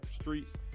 Streets